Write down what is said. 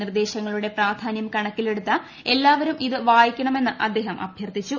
നിർദ്ദേശങ്ങളുടെ പ്രാധാന്യം കണക്കിലെടുത്ത് എല്ലാവരും ഇത് വായിക്കണമെന്ന് അദ്ദേഹം അഭ്യർത്ഥിച്ചു